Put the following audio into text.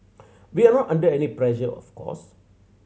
we are not under any pressure of course